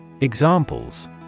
Examples